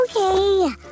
Okay